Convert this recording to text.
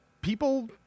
people